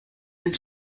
ein